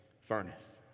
furnace